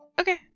Okay